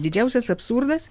didžiausias absurdas